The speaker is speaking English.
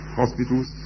hospitals